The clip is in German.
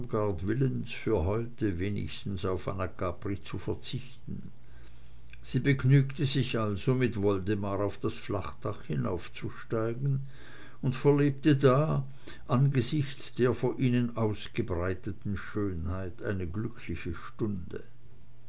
willens für heute wenigstens auf anacapri zu verzichten sie begnügte sich also mit woldemar auf das flachdach hinaufzusteigen und verlebte da angesichts der vor ihnen ausgebreiteten schönheit eine glückliche stunde